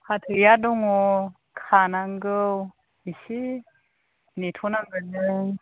फाथैआ दङ खानांगौ एसे नेथ' नांगोन नों